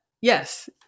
yes